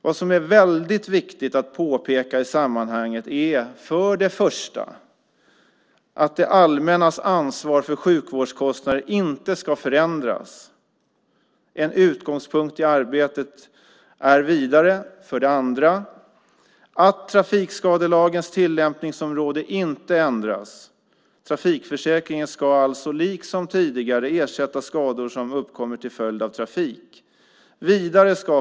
Vad som är väldigt viktigt att påpeka i sammanhanget är för det första att det allmännas ansvar för sjukvårdskostnader inte ska förändras. En utgångspunkt i arbetet är för det andra att trafikskadelagens tillämpningsområde inte ändras. Trafikförsäkringen ska alltså liksom tidigare ersätta skador som uppkommer till följd av trafik.